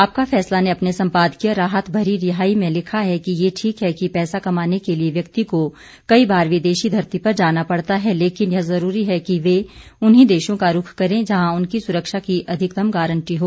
आपका फैसला ने अपने सम्पादकीय राहत भरी रिहाई में लिखा है कि ये ठीक है कि पैसा कमाने के लिये व्यक्ति को कई बार विदेशी धरती पर जाना पड़ता है लेकिन यह जरूरी है कि वे उन्हीं देशों का रुख करें जहां उनकी सुरक्षा की अधिकतम गारंटी हो